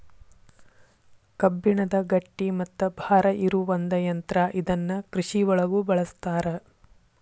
ಕಬ್ಬಣದ ಗಟ್ಟಿ ಮತ್ತ ಭಾರ ಇರು ಒಂದ ಯಂತ್ರಾ ಇದನ್ನ ಕೃಷಿ ಒಳಗು ಬಳಸ್ತಾರ